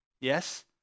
Yes